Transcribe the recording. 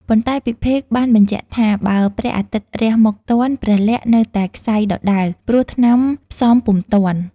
ប៉ុន្តែពិភេកបានបញ្ជាក់ថា បើព្រះអាទិត្យរះមកទាន់ ព្រះលក្សណ៍នៅតែក្ស័យដដែល ព្រោះថ្នាំផ្សំពុំទាន់។